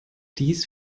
dies